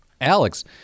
Alex